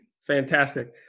Fantastic